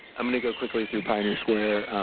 i'm going to go quickly through pioneer square,